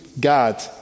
God